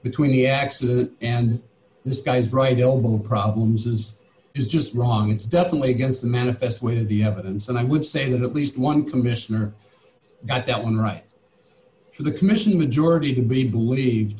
between the accident and this guy's right elbow problems is is just wrong it's definitely against the manifest wid the evidence and i would say that at least one commissioner got that one right for the commission majority to be believed